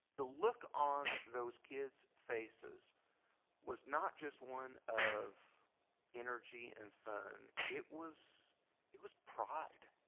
the look on those kids faces was not just one of energy and fun it was it was pride